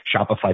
Shopify